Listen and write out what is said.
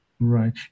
Right